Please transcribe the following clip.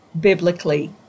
biblically